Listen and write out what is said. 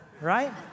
right